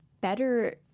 better